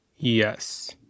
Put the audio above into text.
Yes